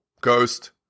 Ghost